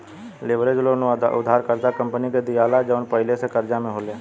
leverage loan उ उधारकर्ता company के दीआला जवन पहिले से कर्जा में होले